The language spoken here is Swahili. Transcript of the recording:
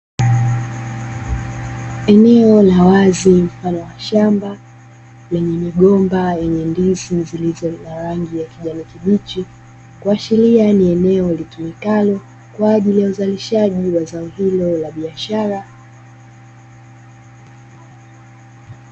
Eneo la wazi mfano wa shamba lenye migomba yenye ndizi zilizo na rangi ya kijani kibichi, kuashiria ni eneo litumikalo kwa ajili ya uzalishaji wa zao hilo la biashara.